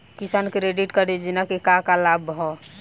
किसान credit card योजना के का का लाभ ह?